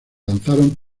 lanzaron